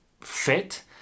fit